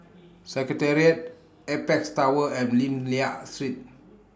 Secretariat Apex Tower and Lim Liak Street